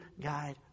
guide